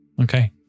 Okay